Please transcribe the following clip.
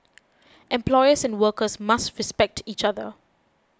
employers and workers must respect each other